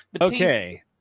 okay